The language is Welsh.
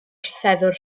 troseddwr